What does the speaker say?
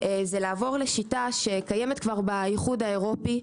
לעבור לשיטה שקיימת כבר באיחוד האירופי,